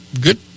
good